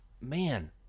man